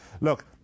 Look